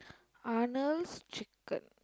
Arnold's Chicken